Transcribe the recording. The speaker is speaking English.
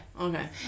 Okay